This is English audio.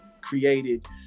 created